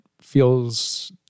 feels